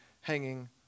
hanging